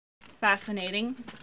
Fascinating